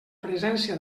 presència